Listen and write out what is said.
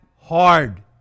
hard